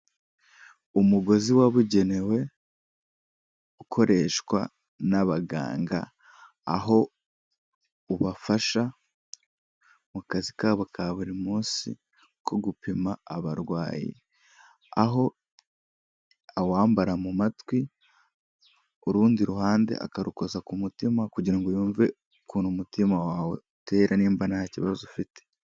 Umugozi wabugenewe ukoreshwa n'abaganga, aho ubafasha mu kazi kabo ka buri munsi ko gupima abarwayi aho awambara mu matwi urundi ruhande akarukoza ku mutima kugira ngo yumve ukuntu umutima wawe utera nimba nta kibazo ufite.